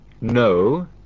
No